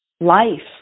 life